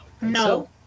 No